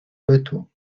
bytu